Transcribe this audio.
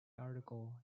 article